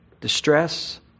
distress